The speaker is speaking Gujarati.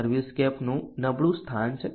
સર્વિસસ્કેપનું નબળું સ્થાન છે